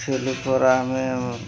ଆମେ